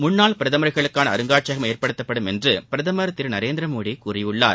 முன்னாள் பிரதமர்களுக்கான அருங்காட்சியம் ஏற்படுத்தப்படும் என்று பிரதமர் திரு நரேந்திர மோடி கூறியுள்ளார்